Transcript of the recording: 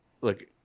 Look